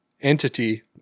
entity